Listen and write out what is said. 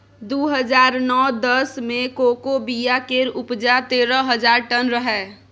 दु हजार नौ दस मे कोको बिया केर उपजा तेरह हजार टन रहै